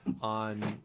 on